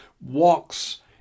walks